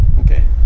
okay